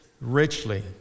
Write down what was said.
richly